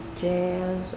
jazz